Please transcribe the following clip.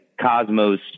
Cosmos